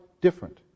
different